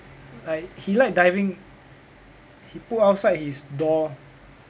like he like diving he put outside his door